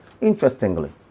Interestingly